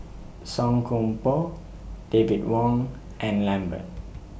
Song Koon Poh David Wong and Lambert